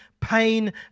pain